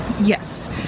yes